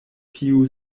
tiu